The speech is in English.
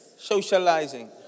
Socializing